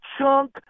chunk